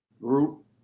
group